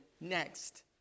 next